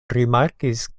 rimarkis